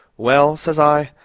well, says i,